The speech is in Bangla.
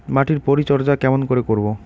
মাটির পরিচর্যা কেমন করে করব?